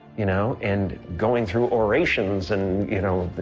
you know? and going through orations and you know,